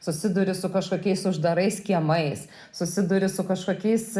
susiduri su kažkokiais uždarais kiemais susiduri su kažkokiais